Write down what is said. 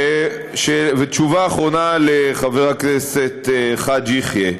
ותשובה אחרונה לחבר הכנסת חאג' יחיא,